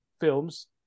films